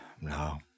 No